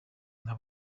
nka